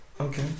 Okay